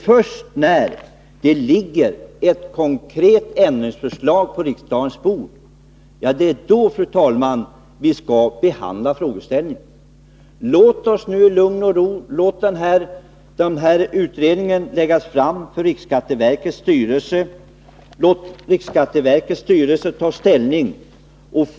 Först när det ligger ett konkret ämnesförslag på riksdagens bord kan vi behandla frågeställningen. Låt oss nu i lugn och ro avvakta utredningens arbete. Låt utredningen lägga fram sitt betänkande för riksskatteverkets styrelse och låt riksskatteverkets styrelse ta ställning.